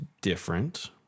different